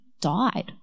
died